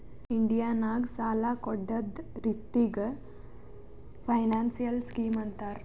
India ನಾಗ್ ಸಾಲ ಕೊಡ್ಡದ್ ರಿತ್ತಿಗ್ ಫೈನಾನ್ಸಿಯಲ್ ಸ್ಕೀಮ್ ಅಂತಾರ್